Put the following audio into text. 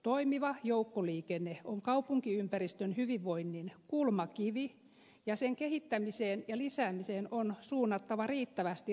toimiva joukkoliikenne on kaupunkiympäristön hyvinvoinnin kulmakivi ja sen kehittämiseen ja lisäämiseen on suunnattava riittävästi resursseja